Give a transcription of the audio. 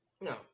no